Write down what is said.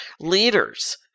leaders